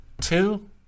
Two